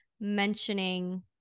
mentioning